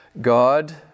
god